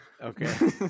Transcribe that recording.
Okay